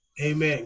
Amen